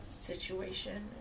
situation